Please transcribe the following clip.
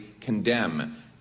condemn